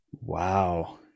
Wow